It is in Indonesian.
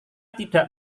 tidak